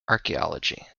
archaeology